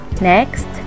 next